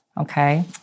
okay